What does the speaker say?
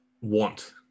want